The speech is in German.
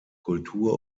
kultur